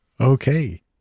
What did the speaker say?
Okay